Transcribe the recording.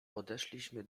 podeszliśmy